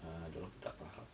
uh dorang tak faham